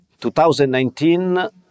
2019